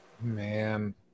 Man